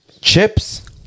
Chips